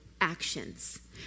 actions